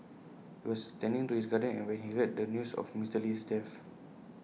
he was tending to his garden when he heard the news of Mister Lee's death